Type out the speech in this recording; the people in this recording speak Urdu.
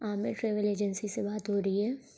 عامر ٹراویل ایجنسی سے بات ہو رہی ہے